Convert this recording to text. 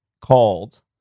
called